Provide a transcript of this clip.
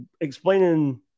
explaining